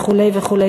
וכו' וכו'.